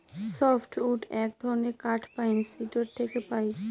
soft wood এক ধরনের কাঠ পাইন, সিডর থেকে পাই